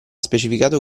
specificato